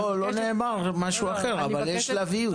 לא נאמר משהו אחר, אבל יש שלבים.